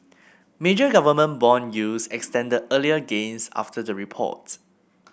major government bond yields extended earlier gains after the report